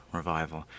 revival